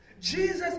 Jesus